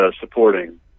supporting